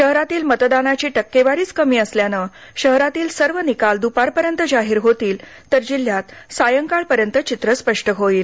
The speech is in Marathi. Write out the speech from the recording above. शहरातील मतदानाची टक्केवारीच कमी असल्यानं शहरातील सर्व निकाल दुपारपर्यंत जाहीर होतील तर जिल्ह्यात सायंकाळपर्यंत चित्र स्पष्ट होईल